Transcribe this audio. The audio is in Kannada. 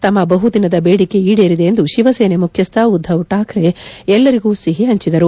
ತಮ್ಮ ಬಹುದಿನದ ಬೇಡಿಕೆ ಈಡೇರಿದೆ ಎಂದು ಶಿವಸೇನೆ ಮುಖ್ಯಸ್ದ ಉದ್ದವ್ ಠಾಕ್ರೆ ಎಲ್ಲರಿಗೂ ಸಿಹಿ ಹಂಚೆದರು